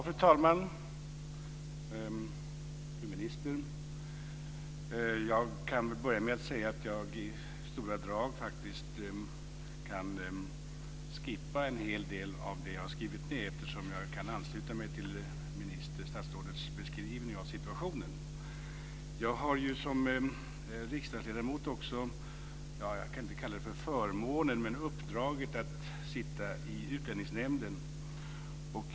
Fru talman och fru minister! Jag kan börja med att säga att jag i stora drag kan skippa en hel del av det jag skrivit ned, eftersom jag kan ansluta mig till statsrådets beskrivning av situationen. Jag har som riksdagsledamot också uppdraget - jag kan inte kalla det för förmånen - att sitta i Utlänningsnämnden.